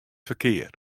ferkear